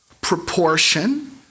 Proportion